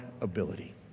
ability